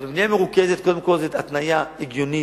אז בבנייה מרוכזת זו התניה הגיונית,